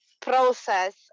process